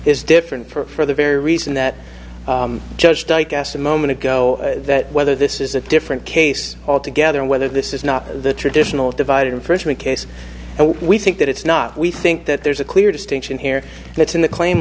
is different for the very reason that judge dyke asked a moment ago that whether this is a different case altogether and whether this is not the traditional divide infringement case and we think that it's not we think that there's a clear distinction here that's in the claim